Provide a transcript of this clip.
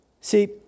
See